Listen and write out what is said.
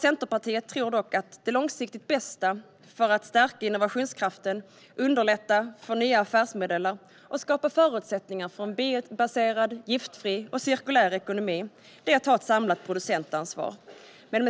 Centerpartiet och jag tror dock att det långsiktigt bästa för att stärka innovationskraften, underlätta för nya affärsmodeller och skapa förutsättningar för en biobaserad, giftfri och cirkulär ekonomi är att ha ett samlat producentansvar men